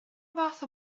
fath